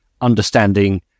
understanding